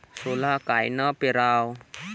सोला कायनं पेराव?